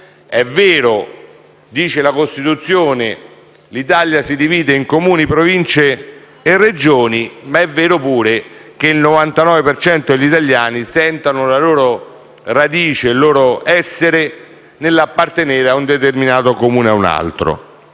È vero che la Costituzione dice che l'Italia si divide in Comuni, Province e Regioni, ma è vero pure che il 99 per cento degli italiani sentono la loro radice, il loro essere nell'appartenere a un determinato Comune o a un altro.